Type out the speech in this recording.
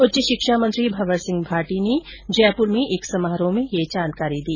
उच्च शिक्षा मंत्री भंवर सिंह भाटी ने जयपुर में एक समारोह में ये जानकारी दी